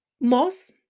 Moss